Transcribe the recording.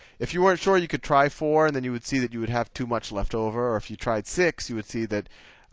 if you weren't sure you could try four and then you would see that you would have too much left over. or if you tried six you would see that